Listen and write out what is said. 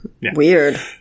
Weird